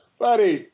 buddy